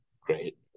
great